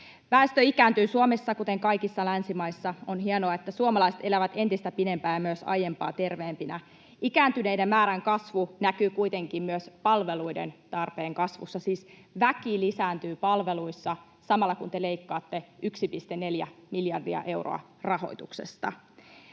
Väestö ikääntyy Suomessa, kuten kaikissa länsimaissa. On hienoa, että suomalaiset elävät entistä pidempään ja myös aiempaa terveempinä. Ikääntyneiden määrän kasvu näkyy kuitenkin myös palveluiden tarpeen kasvussa, siis väki lisääntyy palveluissa samalla, kun te leikkaatte 1,4 miljardia euroa rahoituksesta.